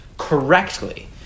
Correctly